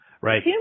Right